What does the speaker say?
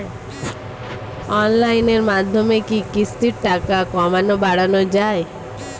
অনলাইনের মাধ্যমে কি কিস্তির টাকা কমানো বাড়ানো যায়?